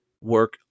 work